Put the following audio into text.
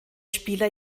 spieler